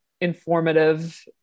informative